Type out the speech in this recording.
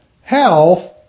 health